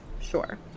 Sure